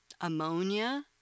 ammonia